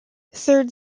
third